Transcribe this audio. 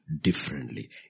differently